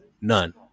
none